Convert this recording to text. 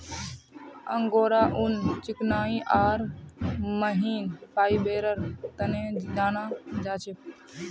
angora ऊन चिकनाई आर महीन फाइबरेर तने जाना जा छे